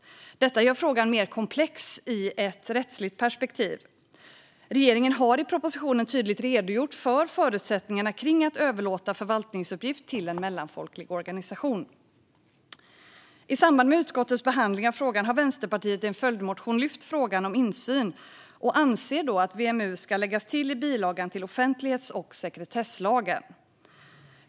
Detta gör frågan mer komplex ur ett rättsligt perspektiv. Regeringen har i propositionen tydligt redogjort för förutsättningarna för att överlåta en förvaltningsuppgift till en mellanfolklig organisation. I samband med utskottets behandling av frågan har Vänsterpartiet i en följdmotion lyft fram frågan om insyn. Vänsterpartiet anser att WMU ska läggas till i bilagan till offentlighets och sekretesslagen.